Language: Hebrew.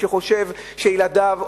שחושב שילדיו,